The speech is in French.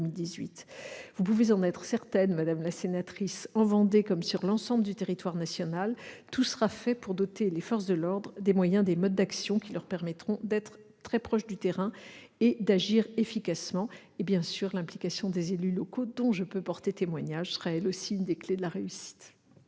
Vous pouvez être certaine, madame la sénatrice, qu'en Vendée comme sur l'ensemble du territoire national, tout sera fait pour doter les forces de l'ordre des moyens et des modes d'action qui leur permettront d'être très proches du terrain et d'agir efficacement. Bien sûr, l'implication des élus locaux, dont je peux porter témoignage, sera, elle aussi, l'une des clés de la réussite.